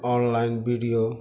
online video